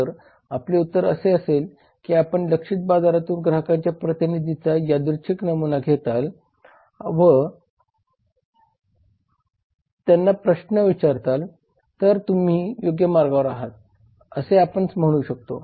जर आपले उत्तर असे असेल की आपण लक्ष्यित बाजारातून ग्राहकांचे प्रतिनिधीचा यादृच्छिक नमुना घेताल व त्यांना प्रश्न विचाराल तरच तुम्ही योग्य मार्गावर आहात असे आपण म्हणू शकतो